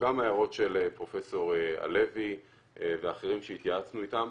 וגם ההערות של פרופ' הלוי ואחרים שהתייעצנו איתם,